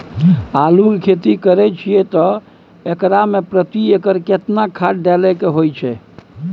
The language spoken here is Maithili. आलू के खेती करे छिये त एकरा मे प्रति एकर केतना खाद डालय के होय हय?